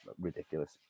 Ridiculous